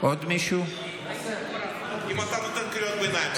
יש קריאות ביניים,